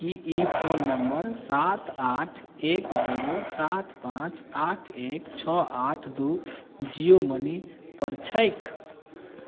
की ई phone number सात आठ एक जीरो सात पाँच आठ एक छओ आठ दू जियो मनी पर छैक